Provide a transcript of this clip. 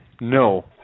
No